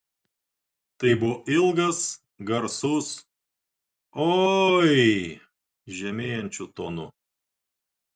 tai buvo ilgas garsus oi žemėjančiu tonu